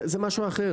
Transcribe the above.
זה משהו אחר.